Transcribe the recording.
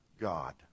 God